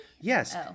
yes